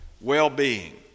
well-being